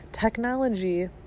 Technology